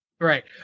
Right